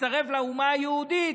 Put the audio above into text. לאומה היהודית,